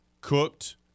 cooked